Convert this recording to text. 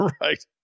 right